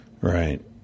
Right